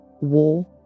war